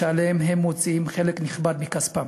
שעליהם הם מוציאים חלק נכבד מכספם.